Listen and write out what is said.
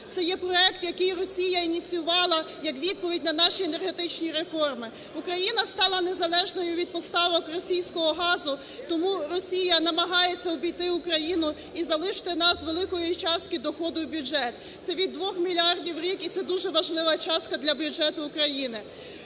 це є проект, який Росія ініціювала як відповідь на наші енергетичні реформи. Україна стала незалежною від поставок російського газу, тому Росія намагається обійти Україну і залишити нас великої частки доходу в бюджет – це від 2 мільярдів в рік, і це дуже важлива частка для бюджету України.